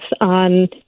on